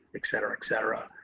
et cetera, et cetera.